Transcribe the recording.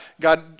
God